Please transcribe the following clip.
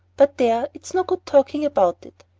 but there, it's no good talking about it.